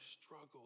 struggle